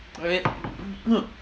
I mean